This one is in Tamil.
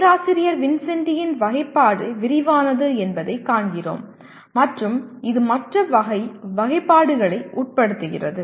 பேராசிரியர் வின்சென்டியின் வகைப்பாடு விரிவானது என்பதைக் காண்கிறோம்மற்றும் இது மற்ற வகை வகைப்பாடுகளை உட்படுத்துகிறது